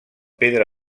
pedra